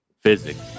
physics